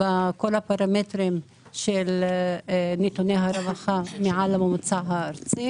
ובכל הפרמטרים של נתוני הרווחה אנחנו מעל הממוצע הארצי.